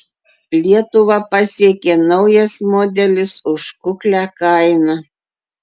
lietuvą pasiekė naujas modelis už kuklią kainą